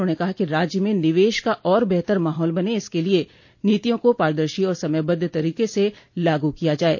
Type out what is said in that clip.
उन्होंने कहा कि राज्य में निवेश का और बेहतर माहौल बने इसके लिये नीतियों को पारदर्शी और समयबद्ध तरीके से लागू किया जाये